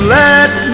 let